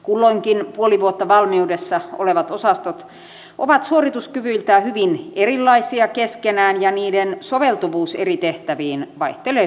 kulloinkin puoli vuotta valmiudessa olevat osastot ovat suorituskyvyiltään hyvin erilaisia keskenään ja niiden soveltuvuus eri tehtäviin vaihtelee suuresti